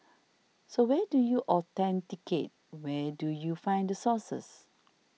so where do you authenticate where do you find the sources